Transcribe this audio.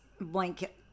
blanket